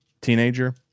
Teenager